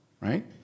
right